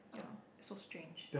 yeah it's so strange